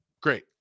Great